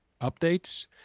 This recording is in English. updates